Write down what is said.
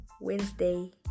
Wednesday